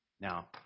Now